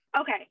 Okay